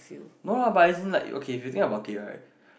no lah but as in like okay if you think about it right